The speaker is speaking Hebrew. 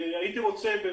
הייתי רוצה,